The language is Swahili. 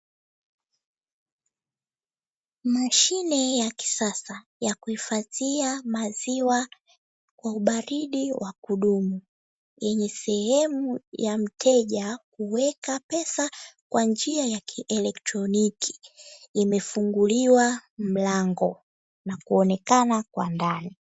Mashine ya kisasa ya kuhifadhia maziwa na ubaridi wa kudumu, yenye sehemu ya mteja kuweka pesa kwa njia ya kieletroniki. Imefunguliwa mlango na kuonekana kwa ndani.